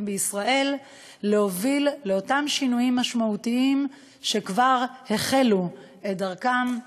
בישראל ולהוביל את אותם שינויים משמעותיים שכבר החלו את דרכם.